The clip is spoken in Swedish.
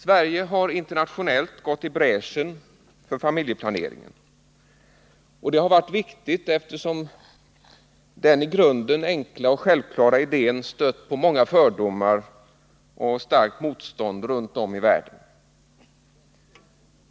Sverige har gått i bräschen för familjeplaneringen, och det har varit viktigt, eftersom den i grunden enkla och självklara idén stött på många fördomar och starkt motstånd runt om i världen.